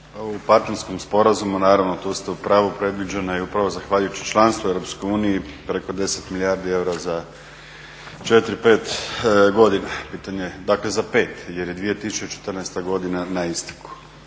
U partnerskom sporazumu, naravno tu ste u pravu, predviđeno je upravo zahvaljujući članstvu u Europskoj uniji preko 10 milijardi eura za 4-5 godina, dakle za 5 jer je 2014. godina na isteku.